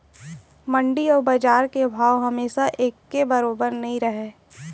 मंडी अउ बजार के भाव हमेसा एके बरोबर नइ रहय